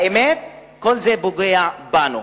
האמת, כל זה פוגע בנו,